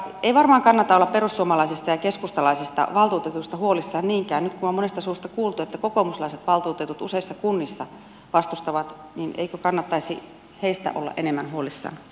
ei varmaan niinkään kannata olla perussuomalaisista ja keskustalaisista valtuutetuista huolissaan nyt kun on monesta suusta kuultu että kokoomuslaiset valtuutetut useissa kunnissa vastustavat niin eikö kannattaisi heistä olla enemmän vuodessa ne